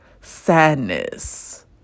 sadness